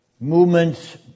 movements